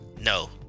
no